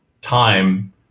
time